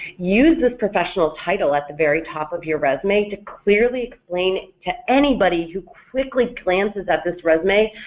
use this professional title at the very top of your resume to clearly explain to anybody who quickly glances at this resume,